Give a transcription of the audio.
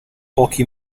pochi